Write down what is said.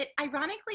ironically